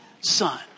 Son